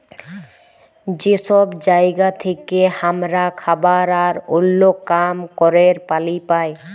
যে সব জায়গা থেক্যে হামরা খাবার আর ওল্য কাম ক্যরের পালি পাই